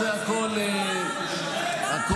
תסבירי לי, איך זה יכול להיות?